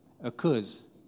occurs